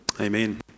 Amen